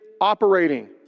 operating